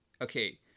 okay